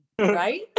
Right